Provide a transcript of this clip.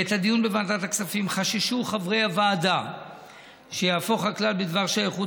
בעת הדיון בוועדת הכספים חששו חברי הוועדה שהכלל בדבר שייכות